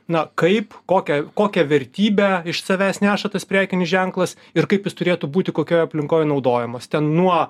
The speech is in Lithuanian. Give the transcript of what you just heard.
na kaip kokią kokią vertybę iš savęs neša tas prekinis ženklas ir kaip jis turėtų būti kokioj aplinkoj naudojamas ten nuo